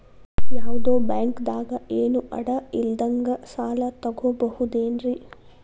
ಯಾವ್ದೋ ಬ್ಯಾಂಕ್ ದಾಗ ಏನು ಅಡ ಇಲ್ಲದಂಗ ಸಾಲ ತಗೋಬಹುದೇನ್ರಿ?